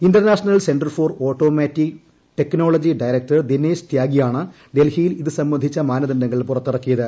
Inter national centre for automotive technology director Dinesh ത്യാഗിയാണ് ഡൽഹിയിൽ ഇത് സംബന്ധിച്ച മാനദണ്ഡങ്ങൾ പുറത്തിറക്കിയത്